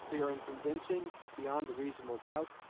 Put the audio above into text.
clear and convincing, beyond a reasonable doubt,